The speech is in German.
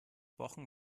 wochen